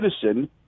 citizen